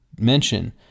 mention